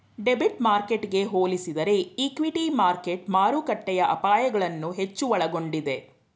debit ಮಾರ್ಕೆಟ್ಗೆ ಹೋಲಿಸಿದರೆ equity market ಮಾರುಕಟ್ಟೆಯ ಅಪಾಯಗಳನ್ನು ಹೆಚ್ಚು ಒಳಗೊಂಡಿದೆ